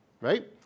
right